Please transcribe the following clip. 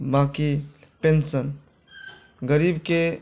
बाँकी पेंशन गरीबके